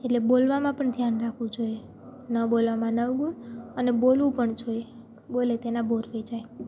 એટલે બોલવામાં પણ ધ્યાન રાખવું જોઈએ ન બોલવામાં નવ ગુણ અને બોલવું પણ જોઈએ બોલે તેના બોર વેચાય